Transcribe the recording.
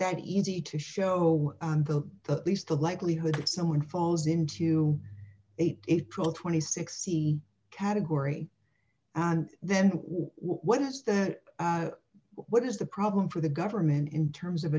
that easy to show the least the likelihood that someone falls into it pull twenty six c category and then what is that what is the problem for the government in terms of